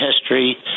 history